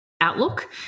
outlook